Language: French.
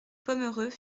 pomereux